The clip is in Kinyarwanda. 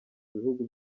bihugu